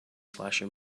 slasher